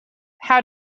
how